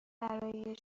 برای